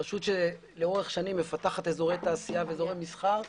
רשות שלאורך שנים מפתחת אזורי תעשייה ואזורי מסחר,